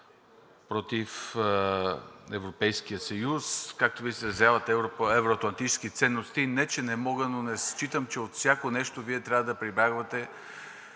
против Европейския съюз, както Вие се изразявате – евро-атлантически ценности. Не че не мога, но не считам, че от всяко нещо Вие трябва да прибягвате